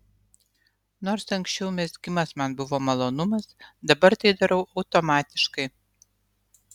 nors anksčiau mezgimas man buvo malonumas dabar tai darau automatiškai